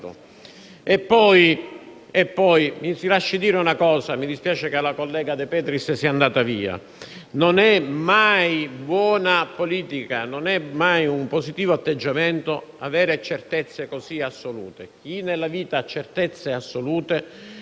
cosa (mi dispiace che la collega De Petris sia andata via): non è mai buona politica né positivo atteggiamento avere certezze così assolute. Chi nella vita ha certezze assolute,